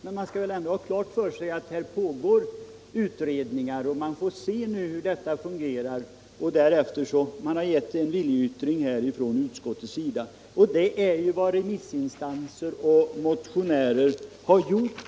Men man skall ändå ha klart för sig att det pågår utredningar och att man måste se hur det hela fungerar. Utskottet har avgett en viljeyttring, och det har remissinstanser och motionärer också gjort.